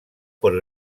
por